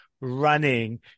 running